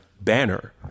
banner